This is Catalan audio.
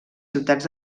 ciutats